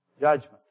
Judgment